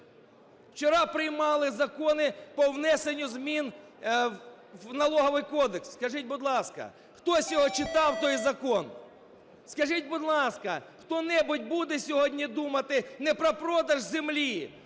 Вчора приймали закони по внесенню змін в Налоговий кодекс. Скажіть, будь ласка, хтось його читав, той закон? Скажіть, будь ласка, хто-небудь буде сьогодні думати не про продаж землі